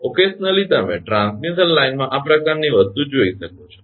પ્રસંગોપાત તમે ટ્રાન્સમિશન લાઇનમાં આ પ્રકારની વસ્તુ જોઈ શકો છો